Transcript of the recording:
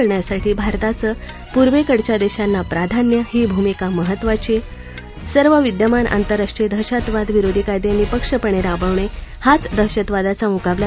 करण्यासाठी भारताचं पूर्वेकडच्या देशांना प्राधान्य ही भूमिका महत्त्वाची सर्व विद्यमान आंतरराष्ट्रीय दहशतवादविरोधी कायदे निःपक्षपणे राबवणे हाच दहशतवादाचा मुकाबला